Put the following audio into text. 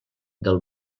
del